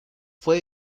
fue